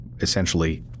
essentially